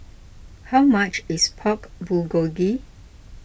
how much is Pork Bulgogi